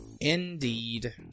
indeed